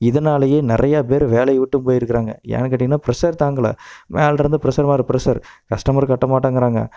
இதனாலேயே நிறைய பேர் வேலையை விட்டும் போய்ருக்குறாங்க ஏன்னு கேட்டிங்கன்னா ப்ரெஷ்ஷர் தாங்கலை மேலே இருந்து ப்ரெஷ்ஷர் மேலே ப்ரெஷ்ஷர் கஸ்டமர் கட்ட மாட்டேங்கிறாங்க